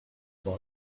boy